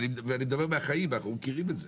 ואני מדבר מהחיים, אנחנו מכירים את זה.